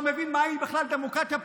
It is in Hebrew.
לא מבין בכלל מהי דמוקרטיה פרלמנטרית.